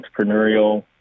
entrepreneurial